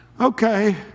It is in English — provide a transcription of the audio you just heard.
okay